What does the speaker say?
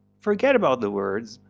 forget about the words,